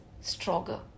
stronger